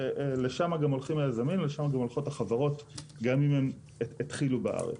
לשם גם הולכים היזמים ולשם גם הולכות החברות גם אם הן התחילו בארץ.